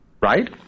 Right